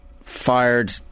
fired